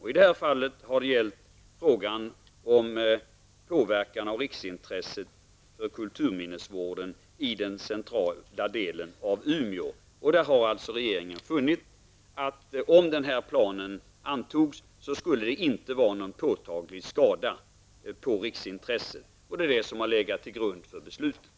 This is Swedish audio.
I detta fall har det gällt påverkan på riksintressen beträffande kulturminnesvården i den centrala delen av Umeå, och regeringen har funnit att ett antagande av planen inte skulle innebära någon påtaglig skada för riksintresset. Det är det som har legat till grund för beslutet.